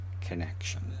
connection